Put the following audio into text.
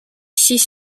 six